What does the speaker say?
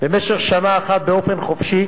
במשך שנה אחת באופן חופשי,